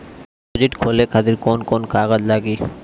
Deposit खोले खातिर कौन कौन कागज लागी?